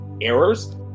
errors